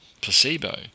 placebo